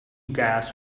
gas